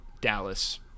Dallas